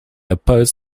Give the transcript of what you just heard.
opposed